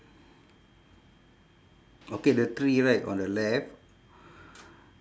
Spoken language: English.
okay the tree right on the left